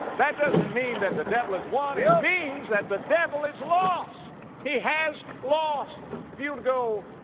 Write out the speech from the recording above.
that doesn't mean that the devil has won. it means that the devil has lost. he has lost. if you were to go,